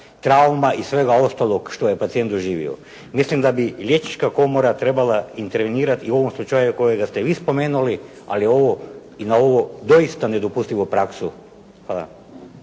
trauma i svega ostalog što je pacijent doživio. Mislim da bi Liječnička komora trebala intervenirati i u ovom slučaju kojega ste i vi spomenuli ali i ovo, i na ovu doista nedopustivu praksu. Hvala.